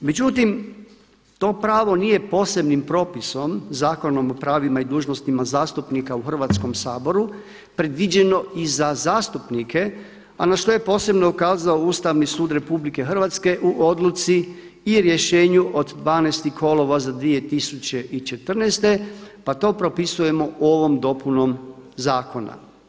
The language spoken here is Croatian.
Međutim, to pravo nije posebnim propisom Zakonom o pravima i dužnostima zastupnika u Hrvatskom saboru predviđeno i za zastupnike a na što je posebno ukazao Ustavni sud RH u odluci i rješenju od 12. kolovoza 2014. pa to propisujemo ovom dopunom zakona.